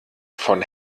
von